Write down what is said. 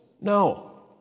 No